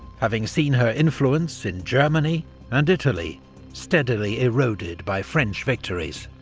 having seen her influence in germany and italy steadily eroded by french victories.